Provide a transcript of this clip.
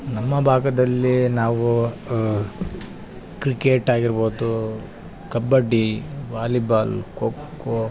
ನಮ್ಮ ಭಾಗದಲ್ಲಿ ನಾವು ಕ್ರಿಕೆಟ್ ಆಗಿರ್ಬೋದು ಕಬಡ್ಡಿ ವಾಲಿಬಾಲ್ ಖೋ ಖೋ